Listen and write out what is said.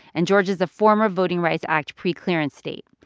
and georgia is a former voting rights act preclearance state.